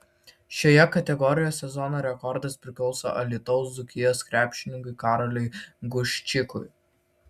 šioje kategorijoje sezono rekordas priklauso alytaus dzūkijos krepšininkui karoliui guščikui